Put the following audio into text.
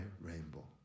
rainbow